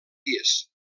dies